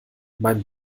mein